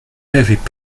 heavy